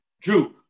Drew